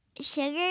sugar